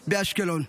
באשקלון,